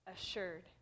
assured